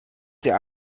der